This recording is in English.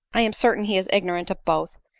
i am certain he is ignorant of both,